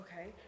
Okay